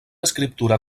escriptura